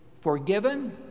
forgiven